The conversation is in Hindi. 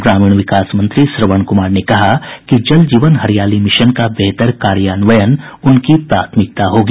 ग्रामीण विकास मंत्री श्रवण कुमार ने कहा कि जल जीवन हरियाली मिशन का बेहतर कार्यान्वयन उनकी प्राथमिकता होगी